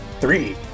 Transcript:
three